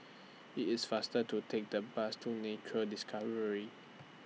IT IS faster to Take The Bus to Nature Discovery